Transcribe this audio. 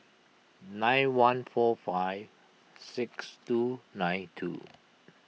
nine one four five six two nine two